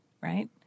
right